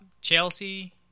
Chelsea